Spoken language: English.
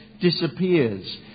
disappears